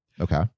Okay